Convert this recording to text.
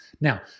Now